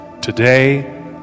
today